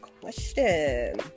question